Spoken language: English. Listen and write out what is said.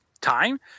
time